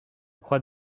croix